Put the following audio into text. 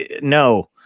no